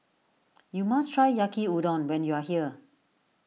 you must try Yaki Udon when you are here